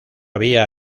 vía